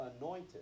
anointed